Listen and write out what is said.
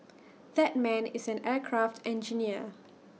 that man is an aircraft engineer